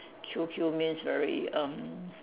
Q Q means very um